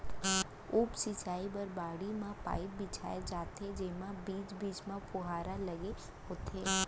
उप सिंचई बर बाड़ी म पाइप बिछाए जाथे जेमा बीच बीच म फुहारा लगे होथे